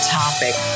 topic